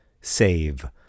save